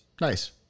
Nice